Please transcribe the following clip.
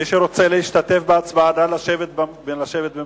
מי שרוצה להשתתף בהצבעה, נא לשבת במקומו.